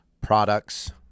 Products